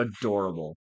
adorable